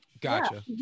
gotcha